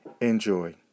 enjoy